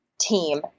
team